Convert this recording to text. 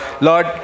Lord